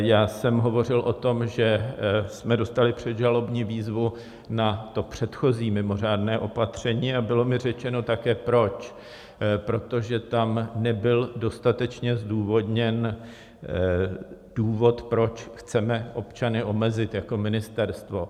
Já jsem hovořil o tom, že jsme dostali předžalobní výzvu na to předchozí mimořádné opatření, a bylo mi řečeno také, proč protože tam nebyl dostatečně zdůvodněn důvod, proč chceme občany omezit jako ministerstvo.